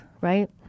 Right